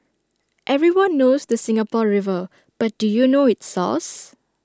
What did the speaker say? everyone knows the Singapore river but do you know its source